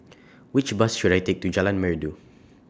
Which Bus should I Take to Jalan Merdu